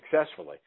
successfully